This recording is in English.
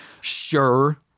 Sure